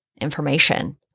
information